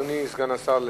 אדוני סגן השר,